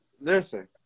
Listen